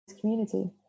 community